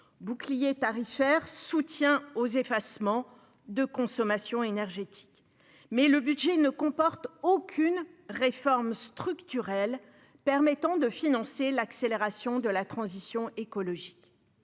bouclier tarifaire et soutien aux effacements de consommation énergétique. Mais le budget ne comporte aucune réforme structurelle permettant de financer l'accélération de la transition écologique.